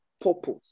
purpose